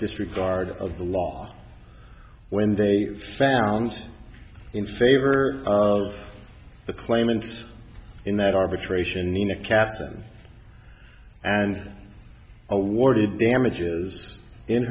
disregard of the law when they found in favor of the claimants in that arbitration in a kassam and awarded damages in